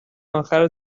اخر